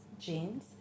Jeans